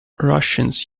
russians